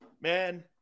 Man